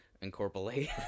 Incorporate